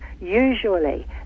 Usually